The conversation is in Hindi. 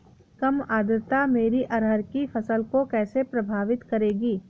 कम आर्द्रता मेरी अरहर की फसल को कैसे प्रभावित करेगी?